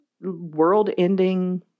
world-ending